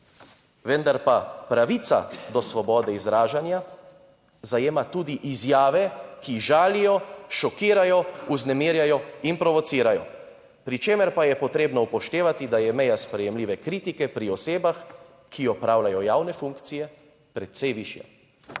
Vendar pa pravica do svobode izražanja zajema tudi izjave, ki žalijo, šokirajo, vznemirjajo in provocirajo, pri čemer pa je potrebno upoštevati, da je meja sprejemljive kritike pri osebah, ki opravljajo javne funkcije, precej višja.